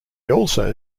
also